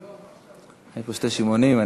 יש פה שני שמעונים.